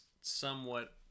somewhat